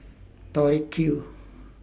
Tori Q